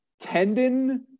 tendon